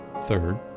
Third